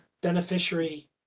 beneficiary